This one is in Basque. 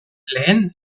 lehen